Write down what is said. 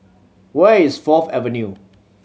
where is Fourth Avenue